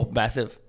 massive